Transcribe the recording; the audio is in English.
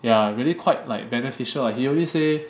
ya really quite like beneficial lah he always say